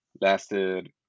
lasted